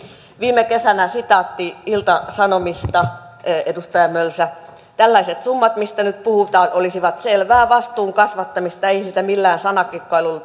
viime kesältä sitaatti ilta sanomista edustaja mölsä tällaiset summat mistä nyt puhutaan olisivat selvää vastuun kasvattamista ei siitä millään sanakikkailulla